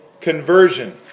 conversion